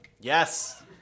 Yes